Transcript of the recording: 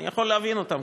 אני יכול להבין אותן,